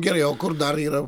gerai o kur dar yra